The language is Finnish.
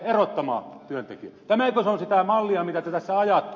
tämäkö se on sitä mallia mitä te tässä ajatte